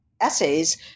essays